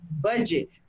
budget